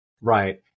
Right